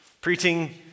Preaching